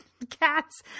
Cats